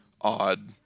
odd